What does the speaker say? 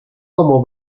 como